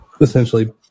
essentially